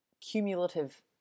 cumulative